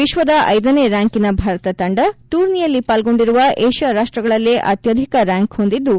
ವಿಶ್ವದ ಐದನೇ ರ್ಡಾಂಕಿನ ಭಾರತ ತಂಡ ಟೂರ್ನಿಯಲ್ಲಿ ಪಾಲ್ಗೊಂಡಿರುವ ಏಷ್ಯಾ ರಾಷ್ಷಗಳಲ್ಲೇ ಅತ್ತಧಿಕ ರ್ಡಾಂಕ್ ಹೊಂದಿದ್ಲು